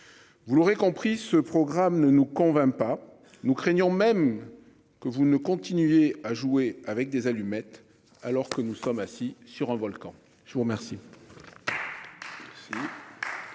Vous l'aurez compris ce programme ne nous convient pas. Nous craignons même que vous ne continuez à jouer avec des allumettes. Alors que nous sommes assis sur un volcan. Je vous remercie.